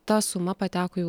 ta suma pateko į